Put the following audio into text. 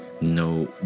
no